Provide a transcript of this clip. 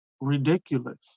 ridiculous